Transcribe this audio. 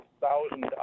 thousand